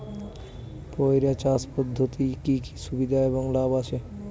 পয়রা চাষ পদ্ধতির কি কি সুবিধা এবং লাভ আছে?